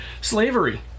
slavery